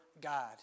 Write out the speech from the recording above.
God